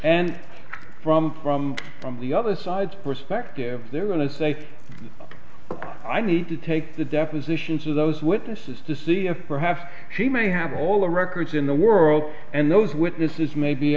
and from from from the other side perspective they're going to say i need to take the depositions of those witnesses to see if perhaps she may have all the records in the world and those witnesses may be